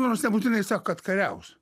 nors nebūtinai sako kad kariaus